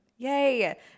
Yay